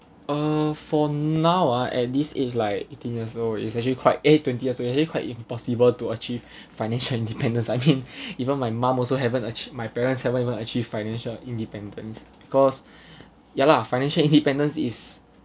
uh for now ah at least it's like eighteen years old is actually quite eh twenty years eh quite impossible to achieve financial independence I mean even my mum also haven't achi~ my parents haven't even achieve financial independence cause ya lah financial independence is